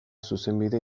zuzenbide